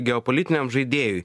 geopolitiniam žaidėjui